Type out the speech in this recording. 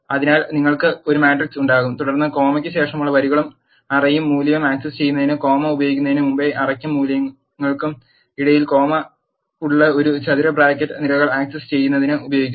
അതിനാൽ നിങ്ങൾക്ക് ഒരു മാട്രിക്സ് ഉണ്ടാകും തുടർന്ന് കോമയ് ക്ക് ശേഷമുള്ള വരികളും അറേയും മൂല്യവും ആക് സസ് ചെയ്യുന്നതിന് കോമ ഉപയോഗിക്കുന്നതിന് മുമ്പായി അറേയ്ക്കും മൂല്യങ്ങൾക്കും ഇടയിൽ കോമ ഉള്ള ഒരു ചതുര ബ്രാക്കറ്റ് നിരകൾ ആക് സസ് ചെയ്യുന്നതിന് ഉപയോഗിക്കുന്നു